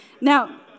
Now